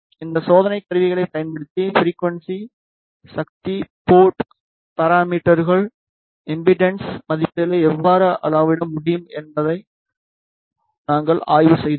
இந்த சோதனைக் கருவிகளைப் பயன்படுத்தி ஃபிரிக்குவன்ஸி சக்தி போர்ட் பாராமீட்டர்கள் இம்பெடன்ஸ் மதிப்புகளை எவ்வாறு அளவிட முடியும் என்பதை நாங்கள் ஆய்வு செய்துள்ளோம்